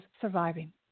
surviving